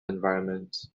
environments